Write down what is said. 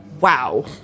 wow